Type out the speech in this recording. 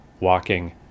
walking